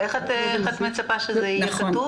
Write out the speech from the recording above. איך את מציעה שזה יהיה כתוב?